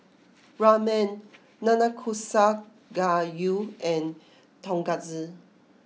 Ramen Nanakusa Gayu and Tonkatsu